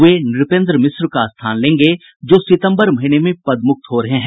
वे नुपेन्द्र मिश्र का स्थान लेंगे जो सितंबर महीने में पदमुक्त हो रहे हैं